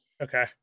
Okay